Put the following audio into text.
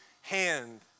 hand